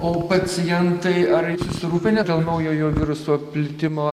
o pacientai ar susirūpinę dėl naujojo viruso plitimo